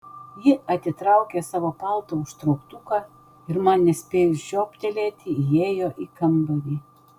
ji atitraukė savo palto užtrauktuką ir man nespėjus žiobtelėti įėjo į kambarį